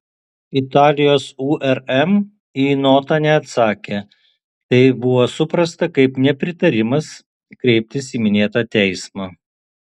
italijos urm į notą neatsakė tai buvo suprasta kaip nepritarimas kreiptis į minėtą teismą